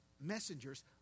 messengers